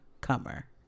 comer